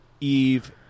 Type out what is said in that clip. Eve